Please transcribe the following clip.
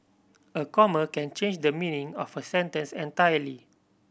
a comma can change the meaning of a sentence entirely